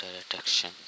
attraction